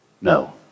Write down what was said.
No